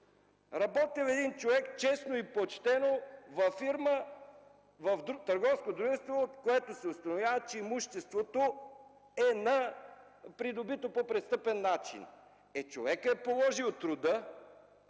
Работил един човек честно и почтено във фирма, в търговско дружество, за което се установява, че имуществото му е придобито по престъпен начин. Е, човекът е положил труда